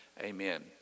Amen